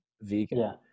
vegan